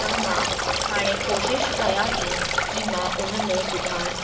त मां हाणे कोशिश कयां थी की मां उन में सुधार